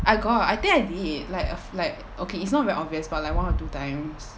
I got I think I delete it like like okay it's not very obvious but like one or two times